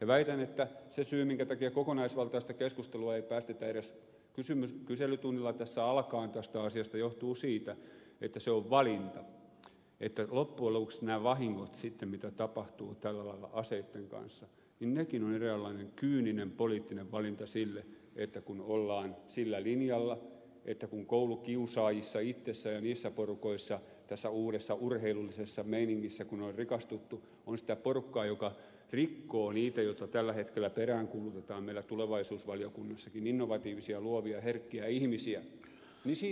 väitän että se syy minkä takia kokonaisvaltaista keskustelua ei päästetä edes kyselytunnilla alkamaan tästä asiasta johtuu siitä että se on valinta että loppujen lopuksi nämä vahingot sitten mitä tapahtuu tällä lailla aseitten kanssa niin nekin ovat eräänlainen kyyninen poliittinen valinta sille että kun ollaan sillä linjalla että kun koulukiusaajissa itsessään ja niissä porukoissa tässä uudessa urheilullisessa meiningissä kun on rikastuttu on sitä porukkaa joka rikkoo niitä joita tällä hetkellä peräänkuulutetaan meillä tulevaisuusvaliokunnassakin on innovatiivisia luovia herkkiä ihmisiä niin siitä ei keskustella